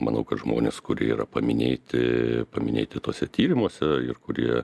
manau kad žmonės kurie yra paminėti paminėti tuose tyrimuose ir kurie